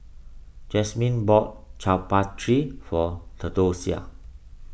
Jasmine bought Chaat Papri for theodosia